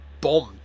bombed